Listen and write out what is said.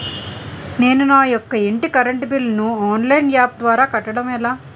నేను నా యెక్క ఇంటి కరెంట్ బిల్ ను ఆన్లైన్ యాప్ ద్వారా కట్టడం ఎలా?